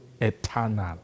eternal